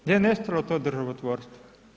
Gdje je nestalo to državotvorstvo?